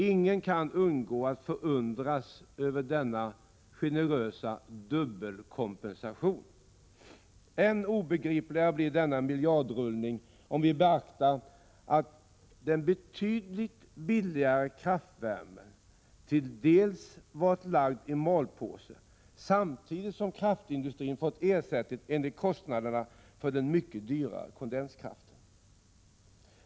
Ingen kan undgå att förundras över denna generösa dubbelkompensation. Än obegripligare blir denna miljardrullning om vi beaktar att den betydligt billigare kraftvärmen till dels varit lagd i malpåse samtidigt som kraftindustrin har fått ersättning enligt kostnaderna för den mycket dyrare kondenskraften.